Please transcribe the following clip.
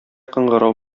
кыңгырау